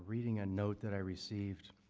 reading a note that i received.